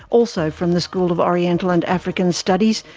also from the school of oriental and african studies,